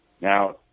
Now